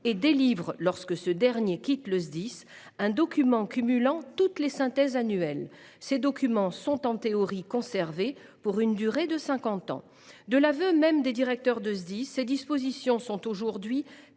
et délivre, lorsque ce dernier quitte le Sdis, un document cumulant toutes les synthèses annuelles. Ces dossiers sont en théorie conservés pour une durée de cinquante ans. De l’aveu même des directeurs de Sdis, cependant, ces dispositions sont aujourd’hui